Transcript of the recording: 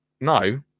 No